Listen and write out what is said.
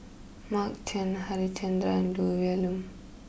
Mark Chan Harichandra and Olivia Lum